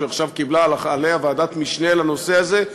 שעכשיו קיבלה עליה ועדת משנה לנושא הזה,